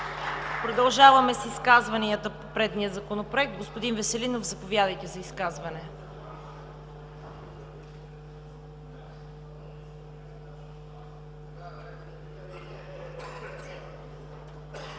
Продължаваме с изказванията по предния Законопроект. Господин Веселинов, заповядайте.